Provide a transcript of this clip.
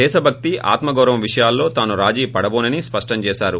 దేశభక్తి ఆత్మగౌరవం విషయాల్లో తాను రాజీపడటోనని స్పష్టం చేశారు